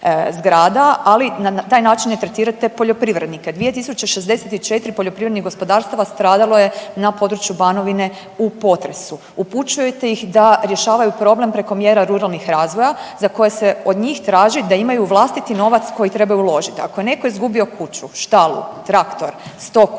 ali na taj način ne tretirate poljoprivrednike. 2 064 poljoprivrednih gospodarstava stradalo je na području Banovine u potresu. Upućujete ih da rješavaju problem preko mjera ruralnih razvoja za koje se od njih traži da imaju vlastiti novac koji trebaju uložiti. Ako je netko izgubio kuću, štalu, traktor, stoku,